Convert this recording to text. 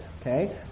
Okay